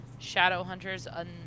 Shadowhunters